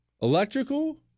electrical